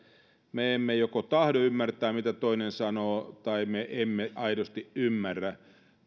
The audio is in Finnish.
me emme joko tahdo ymmärtää mitä toinen sanoo tai me emme aidosti ymmärrä